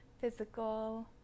physical